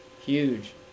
huge